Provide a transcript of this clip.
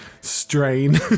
strain